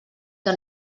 que